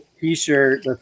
t-shirt